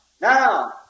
Now